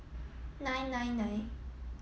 nine nine nine